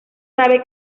sabe